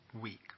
Week